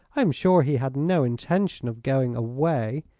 i am sure he had no intention of going away.